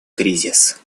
кризис